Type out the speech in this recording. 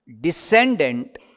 descendant